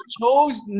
chose